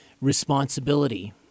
responsibility